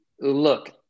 look